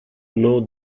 know